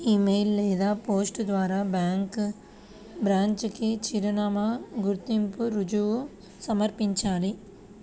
ఇ mail లేదా post ద్వారా bank branch కి చిరునామా, గుర్తింపు రుజువు సమర్పించాలి